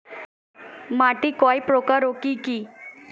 মাটি কয় প্রকার ও কি কি?